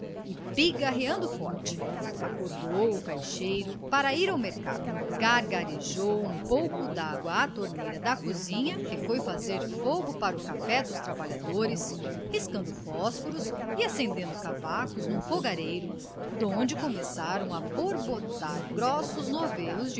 pigarreando forte acordou o caixeiro para ir ao mercado gargarejou um pouco dágua à torneira da cozinha e foi fazer fogo para o café dos trabalhadores riscando fósforos e acendendo cavacos num fogareiro donde começaram a borbotar grossos novelos